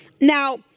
Now